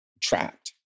trapped